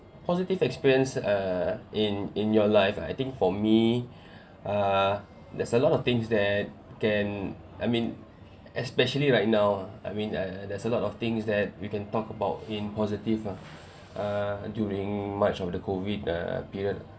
positive experience uh in in your life I think for me uh there's a lot of things that can I mean especially right now I mean uh there's a lot of things that we can talk about in positive ah uh during much of the COVID uh period